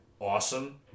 awesome